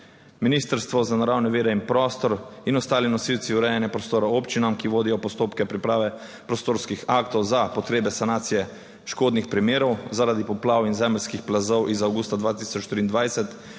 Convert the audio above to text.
Ministrstvo za naravne vire in prostor in ostali nosilci urejanja prostora občinam, ki vodijo postopke priprave prostorskih aktov za potrebe sanacije škodnih primerov zaradi poplav in zemeljskih plazov iz avgusta 2023